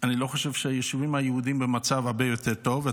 אני לא חושב שהיישובים היהודיים במצב הרבה יותר טוב.